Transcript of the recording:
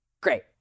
Great